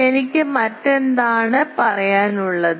എനിക്ക് മറ്റെന്താണ് പറയാനുള്ളത്